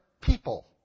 people